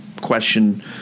question